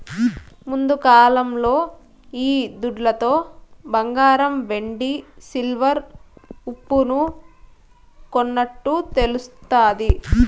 ముందుకాలంలో ఈ దుడ్లతో బంగారం వెండి సిల్వర్ ఉప్పును కొన్నట్టు తెలుస్తాది